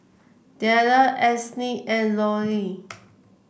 Dellar Esley and Lauri